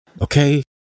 Okay